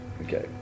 Okay